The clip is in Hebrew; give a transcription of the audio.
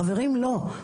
חברים, לא.